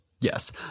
yes